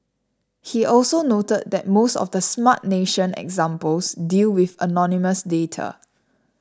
he also noted that most of the Smart Nation examples deal with anonymous data